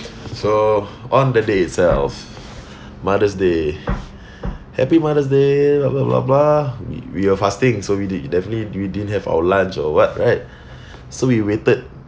so on the day itself mother's day happy mother's day blah blah blah blah we we are fasting so we didn't definitely we didn't have our lunch or what right so we waited